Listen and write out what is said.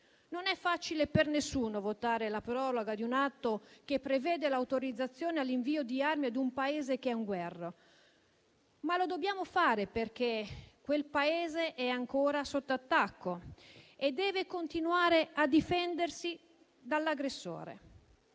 Non è facile per alcuno votare la proroga di un atto che prevede l'autorizzazione all'invio di armi ad un Paese in guerra, ma lo dobbiamo fare, perché quel Paese è ancora sotto attacco e deve continuare a difendersi dall'aggressore.